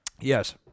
Yes